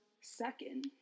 second